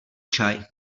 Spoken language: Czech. čaj